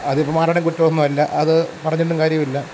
അത് ഇപ്പം ആരുടെയും കുറ്റമൊന്നുമല്ലാ അതു പറഞ്ഞിട്ടും കാര്യവും ഇല്ലാ